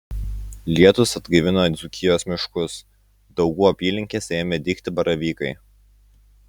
lietūs atgaivino dzūkijos miškus daugų apylinkėse ėmė dygti baravykai